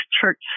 church